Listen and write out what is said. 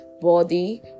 body